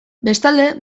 bestalde